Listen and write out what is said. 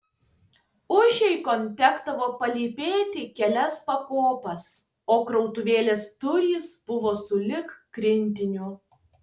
užeigon tekdavo palypėti kelias pakopas o krautuvėlės durys buvo sulig grindiniu